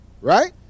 right